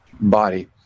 body